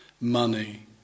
money